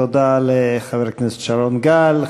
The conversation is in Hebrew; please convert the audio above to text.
תודה לחבר הכנסת שרון גל.